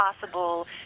possible